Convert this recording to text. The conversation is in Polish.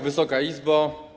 Wysoka Izbo!